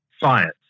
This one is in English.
Science